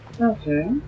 Okay